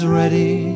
ready